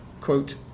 quote